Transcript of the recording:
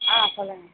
ஆ சொல்லுங்கள்